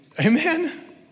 Amen